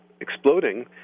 exploding